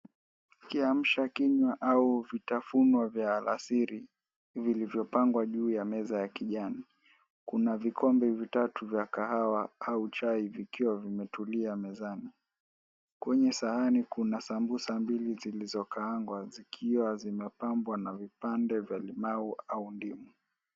Kiamsha kinywa au vitafuno vya alasiri vilivyopangwa juu ya meza ya kijani. Kuna vikombe vitatu vya kahawa au chai vikiwa vimetulia mezani. Kwenye sahani kuna sambusa mbilli zillizokaangwa zikiwa zimepambwa na vipande vya limau au ndimu.